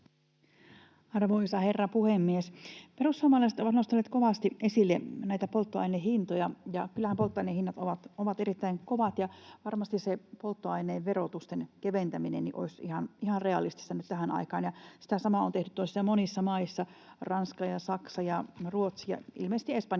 Arvoisa herra puhemies! Perussuomalaiset ovat nostaneet kovasti esille polttoainehintoja, ja kyllähän polttoainehinnat ovat erittäin kovat. Varmasti se polttoaineiden verotuksen keventäminen olisi ihan realistista nyt tähän aikaan, ja sitä samaa on tehty jo monissa maissa. Ranska ja Saksa ja Ruotsi ja ilmeisesti Espanjakin